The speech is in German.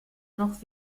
noch